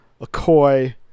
Akoi